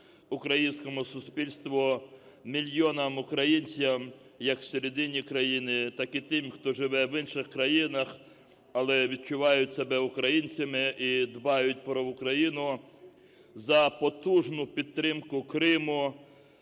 українському суспільству, мільйонам українцям, як в середині країни, так і тим, хто живе в інших країнах, але відчувають себе українцями і дбають про Україну, за потужну підтримку Криму,